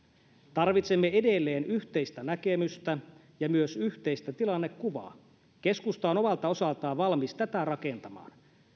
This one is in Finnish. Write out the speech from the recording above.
tarvitsemme edelleen yhteistä näkemystä ja myös yhteistä tilannekuvaa keskusta on omalta osaltaan valmis tätä rakentamaan